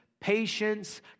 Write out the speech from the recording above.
patience